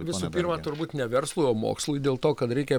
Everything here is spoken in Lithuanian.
visų pirma turbūt ne verslui o mokslui dėl to kad reikia